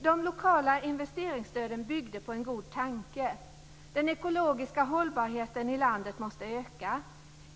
De lokala investeringsstöden byggde på en god tanke, att den ekologiska hållbarheten i landet måste öka.